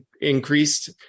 increased